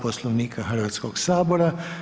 Poslovnika Hrvatskog sabora.